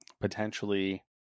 Potentially